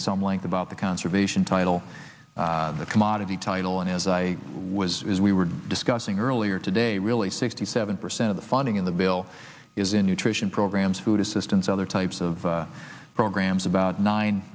at some length about the conservation title the commodity title and as i was we were discussing earlier today really sixty seven percent of the funding in the bill is in nutrition programs food assistance other types of programs about nine